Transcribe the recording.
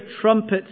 trumpets